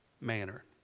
manner